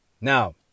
Now